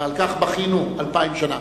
ועל כך בכינו אלפיים שנה.